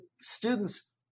students